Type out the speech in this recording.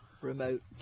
Remote